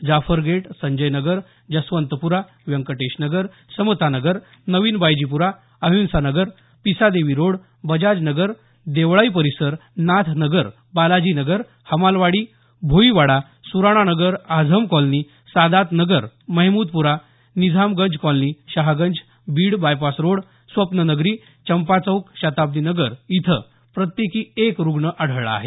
Jafar gate Sanjay Nagar Jaswantpura Venkatesh Nagar Samata Nagar Navin Baijipura Ahinsa Nagar Pisadevi road Bajaj Nagar Deolai परिसर Nath Nagar Balaji Nagar Hamalwadi Bhoiwada Surana Nagar Azam colony Sadat Nagar Mehmoodpura Nizamganj colony Shahaganj Beed bypass road Swapna Nagari Champa Chowk Shatabdi Nagar इथं प्रत्येकी एक रुग्ण आढळला आहे